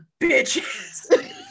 bitches